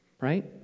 Right